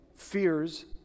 Fears